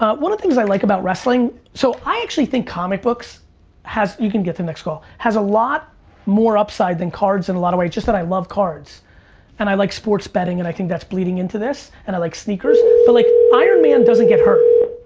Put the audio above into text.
one of the things i like about wrestling, so i actually think comic books has, you can get the next call, has a lot more upside than cards in a lot of way, it's just that i love cards and i like sports betting and i think that's bleeding into this and i like sneakers but like, ironman doesn't get hurt,